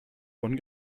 von